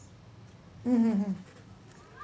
mm mm mm